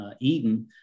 Eden